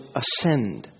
ascend